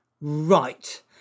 right